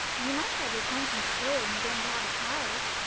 you must have your conscience clear when you're going to have a child.